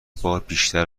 بار، بیشتر